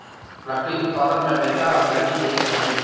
लकड़ी उत्पादन में अमेरिका अग्रणी देश हइ